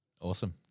Awesome